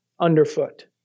underfoot